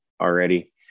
already